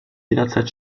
jederzeit